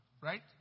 right